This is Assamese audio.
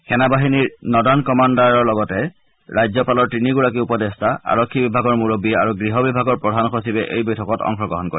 সেনা বাহিনীৰ নৰ্ডান কামাণুৰ কামাণ্ডাৰৰ লগতে ৰাজ্যপানৰ তিনিওগৰাকী উপদেষ্টা আৰক্ষী বিভাগৰ মুৰববী আৰু গৃহ বিভাগৰ প্ৰধান সচিবে এই বৈঠকত অংশগ্ৰহণ কৰে